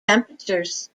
temperatures